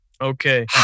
Okay